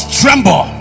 tremble